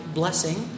blessing